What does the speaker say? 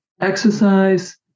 exercise